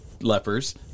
lepers